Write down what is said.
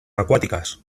acuáticas